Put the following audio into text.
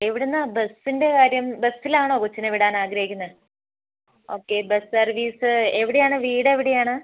എവിടെ നിന്നാണ് ബസ്സിൻ്റെ കാര്യം ബസ്സിലാണോ കൊച്ചിനെ വിടാൻ ആഗ്രഹിക്കുന്നത് ഓക്കെ ബസ്സ് സർവ്വീസ് എവിടെയാണ് വീട് എവിടെയാണ്